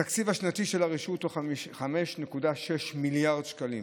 התקציב השנתי של הרשות הוא 5.6 מיליארד שקלים.